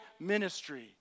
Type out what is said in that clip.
ministry